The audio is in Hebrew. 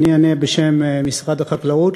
אני אענה בשם משרד החקלאות,